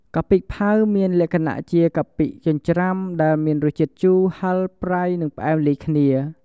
កាពិផាវ មានលក្ខណៈជាកាពិចិញ្ច្រាំដែលមានរសជាតិជូរ ហឹរ ប្រៃ និងផ្អែមលាយគ្នា។